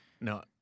no